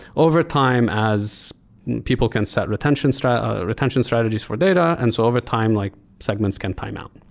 overtime, as people can set retention strategies retention strategies for data, and so over time like segments can timeout.